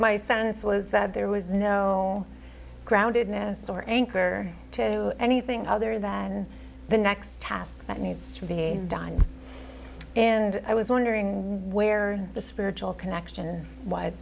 my sense was that there was no grounded in a sort anchor to do anything other than the next task that needs to be done and i was wondering where the spiritual connection w